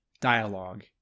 dialogue